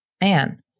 man